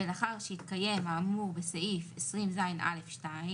ולאחר שהתקיים האמור בסעיף 20 ז א 2